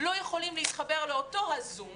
לא יכולים להתחבר לאותו זום